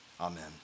Amen